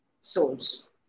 souls